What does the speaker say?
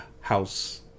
house